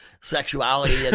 sexuality